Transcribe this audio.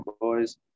boys